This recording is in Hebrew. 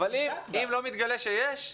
אם לא מתגלה שיש,